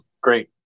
Great